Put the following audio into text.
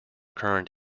current